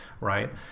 right